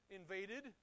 invaded